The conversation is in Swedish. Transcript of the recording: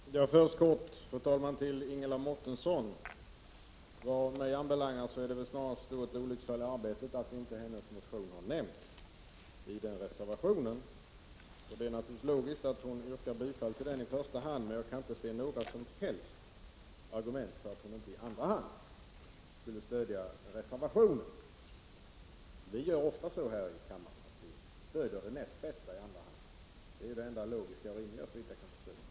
Fru talman! Först vill jag säga till Ingela Mårtensson att det vad mig anbelangar snarast är ett olycksfall i arbetet att folkpartiets motion inte har nämnts i reservationen. Det är logiskt att hon yrkar bifall till motionen i första hand, men jag kan inte se några som helst argument för att hon inte skulle stödja reservationen i andra hand. Vi i miljöpartiet gör ofta så här i kammaren att vi stöder det näst bästa i andra hand — det är det enda logiska och rimliga, såvitt jag kan förstå.